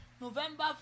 November